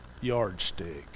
yardstick